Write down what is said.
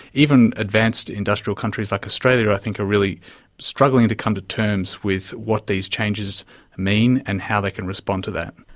even advanced industrial countries like australia i think are really struggling to come to terms with what these changes mean and how they can respond to that.